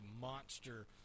monster